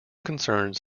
concerns